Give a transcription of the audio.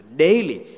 daily